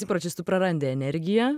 įpročiais tu prarandi energiją